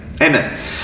Amen